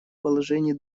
положений